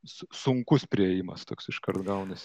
sunkus priėjimas toks iškart gaunasi